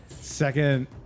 Second